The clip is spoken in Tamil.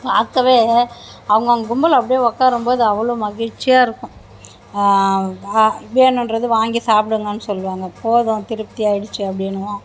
பாக்கவே அவங்கவங்க கும்பல் அப்படியே ரொம்ப உக்காரும்போது அவ்வளோ மகிழ்ச்சியாக இருக்கும் வேணும்ன்றது வாங்கி சாப்பிடுங்கன்னு சொல்வாங்க போதும் திருப்தியாக ஆகிடுச்சி அப்படின்னு